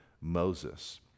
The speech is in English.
Moses